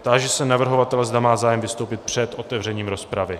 Táži se navrhovatele, zda má zájem vystoupit před otevřením rozpravy.